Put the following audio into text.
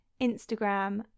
Instagram